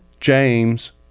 James